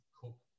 Cook